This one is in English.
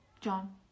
John